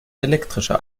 elektrische